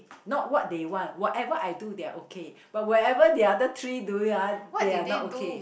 not what they want whatever I do they are okay but whatever the other three do it ah they are not okay